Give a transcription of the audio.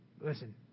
Listen